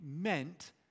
meant